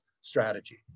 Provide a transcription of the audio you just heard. strategy